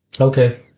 Okay